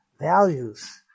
values